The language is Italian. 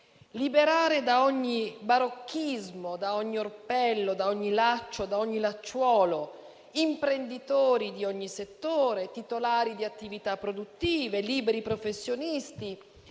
liberare da ogni barocchismo, da ogni orpello, da ogni laccio e lacciolo imprenditori di ogni settore, titolari di attività produttive, liberi professionisti,